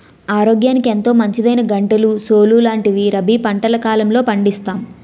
ఆరోగ్యానికి ఎంతో మంచిదైనా గంటెలు, సోలు లాంటివి రబీ పంటల కాలంలో పండిస్తాం